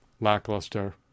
lackluster